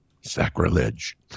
Sacrilege